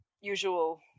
usual